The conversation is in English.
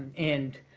and